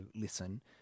listen